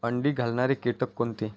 अंडी घालणारे किटक कोणते?